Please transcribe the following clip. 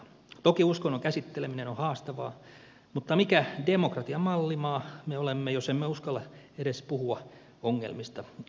toki uskonnon käsitteleminen on haastavaa mutta mikä demokratian mallimaa me olemme jos emme uskalla edes puhua ongelmista